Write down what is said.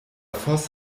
voß